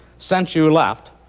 since you left,